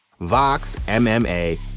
VOXMMA